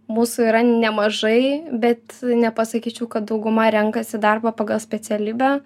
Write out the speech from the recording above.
mūsų yra nemažai bet nepasakyčiau kad dauguma renkasi darbą pagal specialybę